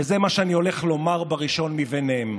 וזה מה שאני הולך לומר בראשון מהם: